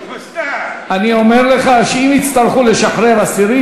אני אומר לך שאם יצטרכו לשחרר אסירים,